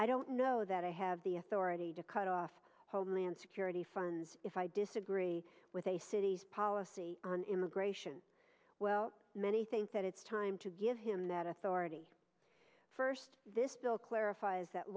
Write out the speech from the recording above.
i don't know that i have the authority to cut off homeland security funds if i disagree with a city's policy on immigration well many think that it's time to give him that authority first this bill clarifies that